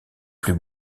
plus